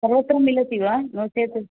सर्वत्र मिलति वा नो चेत्